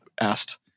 asked